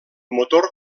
motor